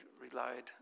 relied